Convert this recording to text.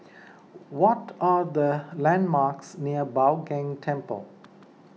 what are the landmarks near Bao Gong Temple